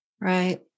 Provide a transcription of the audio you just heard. right